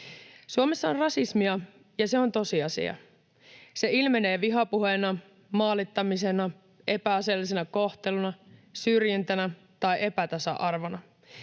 Suomessa on rasismia, ja se on tosiasia. Se ilmenee vihapuheena, maalittamisena, epäasiallisena kohteluna, syrjintänä tai epätasa-arvona.